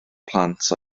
plant